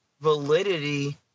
validity